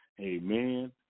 Amen